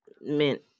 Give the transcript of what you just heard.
mint